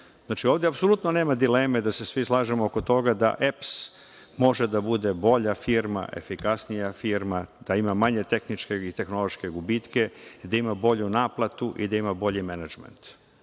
Ovde apsolutno nema dilema da se svi slažemo oko toga da EPS može da bude bolja firma, efikasnija firma, da ima manje tehničke i tehnološke gubitke, da ima bolju naplatu i da ima bolji menadžment.